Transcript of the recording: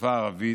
בשפה הערבית.